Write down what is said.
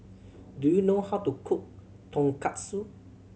do you know how to cook Tonkatsu